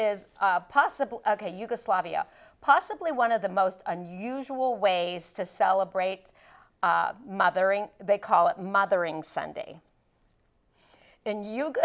is possible to yugoslavia possibly one of the most unusual ways to celebrate mothering they call it mothering sunday and you